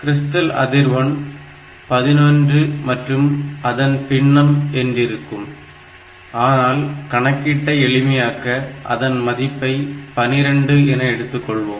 crystal அதிர்வெண் 11 மற்றும் அதன் பின்னம் என்றிருக்கும் ஆனால் கணக்கீட்டை எளிமையாக்க அதன் மதிப்பை 12 என எடுத்துக்கொள்வோம்